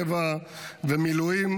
בקבע ובמילואים,